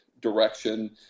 direction